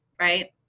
Right